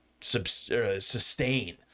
sustain